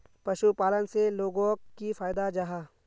पशुपालन से लोगोक की फायदा जाहा?